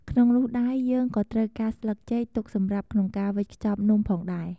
ក្នុងនោះដែរ យើងក៏ត្រូវការស្លឹកចេក ទុកសម្រាប់ក្នុងការវេចខ្ជប់នំផងដែរ។